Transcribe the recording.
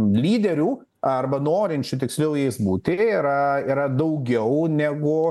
lyderių arba norinčių tiksliau jais būti yra yra daugiau negu